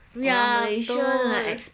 ya betul